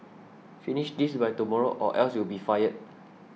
finish this by tomorrow or else you'll be fired